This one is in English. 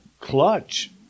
Clutch